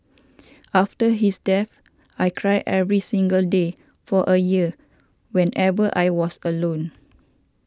after his death I cried every single day for a year whenever I was alone